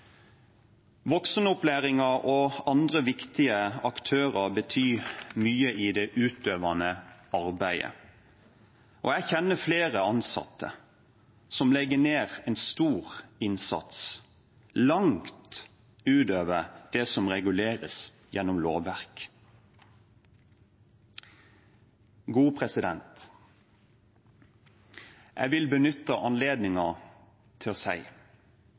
og andre viktige aktører betyr mye i det utøvende arbeidet, og jeg kjenner flere ansatte som legger ned en stor innsats, langt utover det som reguleres gjennom lovverk. Jeg vil benytte anledningen til å